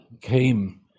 came